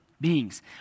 beings